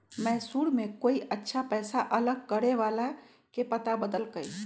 मैसूर में कोई अच्छा पैसा अलग करे वाला के पता बतल कई